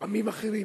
עמים אחרים.